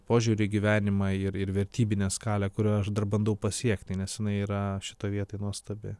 požiūrio į gyvenimą ir ir vertybinę skalę kurią aš dar bandau pasiekti nes jinai yra šitoj vietoj nuostabi